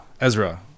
Ezra